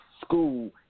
school